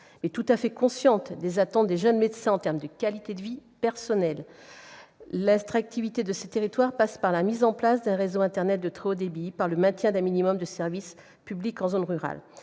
Tout à fait consciente des attentes des jeunes médecins en termes de qualité de vie personnelle, je pense que l'attractivité de ces territoires passe par la mise en place d'un réseau internet de très haut débit et par le maintien d'un minimum de services publics en zone rurale.